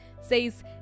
says